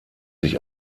sich